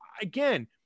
again